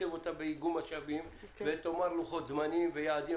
שתתקצב אותה באיגום משאבים ותאמר לוחות זמנים ויעדים.